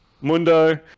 Mundo